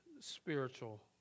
spiritual